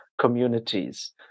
communities